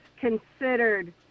considered